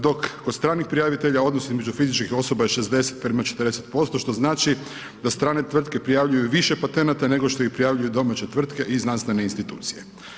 Dok kod stranih prijavitelja odnos između fizičkih osoba je 60 prema 40% što znači da strane tvrtke prijavljuju više patenata nego što ih prijavljuju domaće tvrtke i znanstvene institucije.